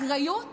אחריות